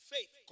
Faith